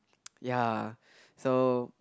ya so